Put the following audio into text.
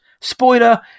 spoiler